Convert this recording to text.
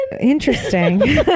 Interesting